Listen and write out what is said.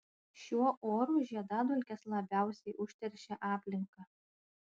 šiuo oru žiedadulkės labiausiai užteršia aplinką